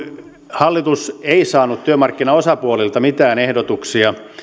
hallitus ei saanut työmarkkinaosapuolilta mitään ehdotuksia